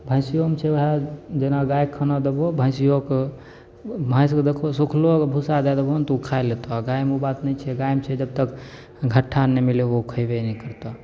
भैंसियोमे छै ओहए जेना गाय कऽ खाना देबहो भैंसियो कऽ भैंस कऽ देखबहो सुखलो भूसा दए देबहो ने तऽ ओ खाय लेतहो आ गायमे ओ बात नहि छै गायमे छै जबतक घट्ठा नहि मिलेबहो खयबे नहि करतो